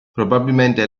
probabilmente